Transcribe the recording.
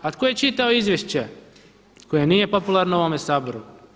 A tko je čitao izvješće koje nije popularno u ovome Saboru?